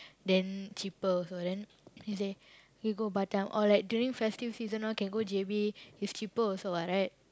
then cheaper also then he say we go Batam or like during festive season can go J_B it's cheaper also [what] right